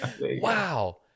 Wow